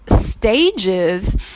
stages